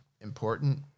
important